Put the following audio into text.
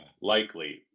likely